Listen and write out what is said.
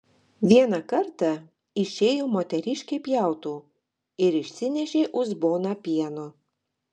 vieną kartą išėjo moteriškė pjautų ir išsinešė uzboną pieno